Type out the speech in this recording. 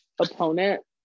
opponent